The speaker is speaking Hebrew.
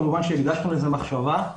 כמובן הקדשנו לזה מחשבה,